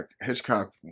Hitchcock